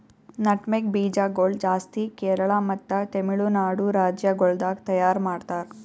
nutmeg ಬೀಜ ಗೊಳ್ ಜಾಸ್ತಿ ಕೇರಳ ಮತ್ತ ತಮಿಳುನಾಡು ರಾಜ್ಯ ಗೊಳ್ದಾಗ್ ತೈಯಾರ್ ಮಾಡ್ತಾರ್